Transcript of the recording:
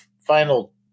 final